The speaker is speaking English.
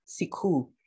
Siku